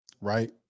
Right